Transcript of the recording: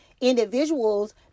individuals